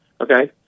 Okay